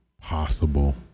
possible